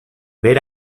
ver